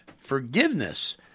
forgiveness